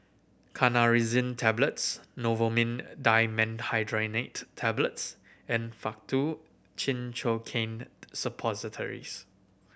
Tablets Novomin Dimenhydrinate Tablets and Faktu Cinchocaine Suppositories